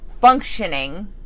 functioning